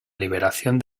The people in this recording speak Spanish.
liberación